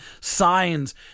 signs